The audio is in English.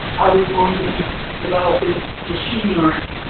are we going to be developing machine learning,